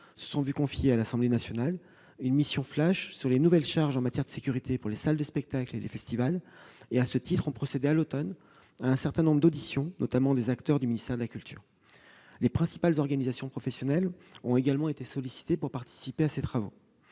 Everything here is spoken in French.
se sont vus confier à l'Assemblée nationale une mission flash sur les nouvelles charges en matière de sécurité pour les salles de spectacle et les festivals et ont procédé à ce titre à l'automne à un certain nombre d'auditions, notamment d'acteurs du ministère de la culture. Les principales organisations professionnelles ont également été sollicitées pour participer à ces travaux.